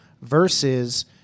versus